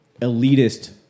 elitist